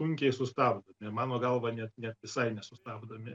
sunkiai sustabdomi mano galva net net visai nesustabdomi